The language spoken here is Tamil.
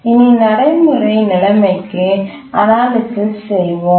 இனி நடைமுறை நிலைமையை அனாலிசிஸ் செய்வோம்